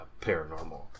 paranormal